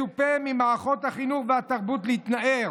מצופה ממערכות החינוך והתרבות להתנער,